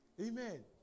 Amen